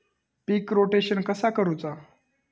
पीक rotation कसा करूचा?